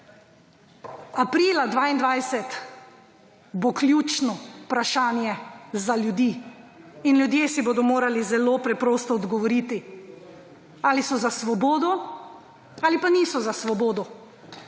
Aprila 2022 bo ključno vprašanje za ljudi. Ljudje si bodo morali zelo preprosto odgovoriti, ali so za svobodo ali pa niso za svobodo.